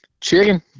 Chicken